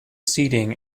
seating